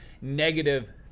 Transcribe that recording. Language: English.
negative